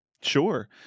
Sure